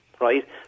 right